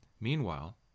Meanwhile